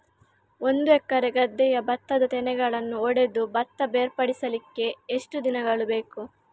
ಒಂದು ಎಕರೆ ಗದ್ದೆಯ ಭತ್ತದ ತೆನೆಗಳನ್ನು ಹೊಡೆದು ಭತ್ತ ಬೇರ್ಪಡಿಸಲಿಕ್ಕೆ ಎಷ್ಟು ದಿನಗಳು ಬೇಕು?